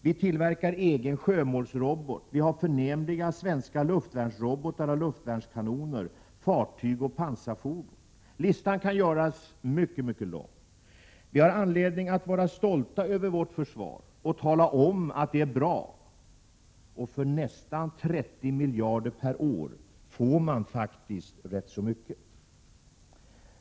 Vi tillverkar egna sjömålsrobotar, vi har förnämliga svenska luftvärnsrobotar och luftvärnskanoner, fartyg och pansarfordon. Listan kan göras mycket lång. Vi har anledning att vara stolta över vårt försvar och tala om att vi är bra. För nästan 30 miljarder kronor per år får man faktiskt rätt mycket.